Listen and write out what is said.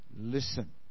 listen